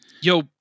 Yo